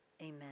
Amen